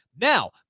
Now